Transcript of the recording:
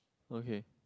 okay